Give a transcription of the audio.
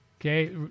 okay